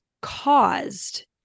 caused